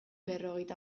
berrogeita